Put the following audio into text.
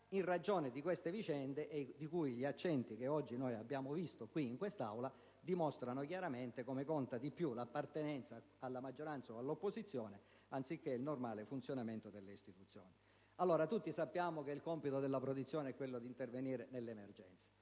in ragione di queste vicende. Le considerazioni che sono state fatte oggi in quest'Aula dimostrano chiaramente come conti di più l'appartenenza alla maggioranza o all'opposizione anziché il normale funzionamento delle istituzioni. Tutti sanno che il compito della Protezione civile è quello di intervenire nell'emergenza,